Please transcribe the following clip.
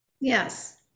Yes